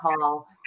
call